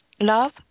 Love